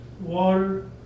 water